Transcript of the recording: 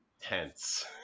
tense